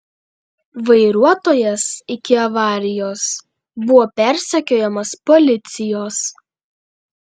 vairuotojas iki avarijos buvo persekiojamas policijos